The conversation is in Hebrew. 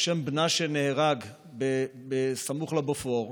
על שם בנה שנהרג סמוך לבופור.